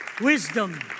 wisdom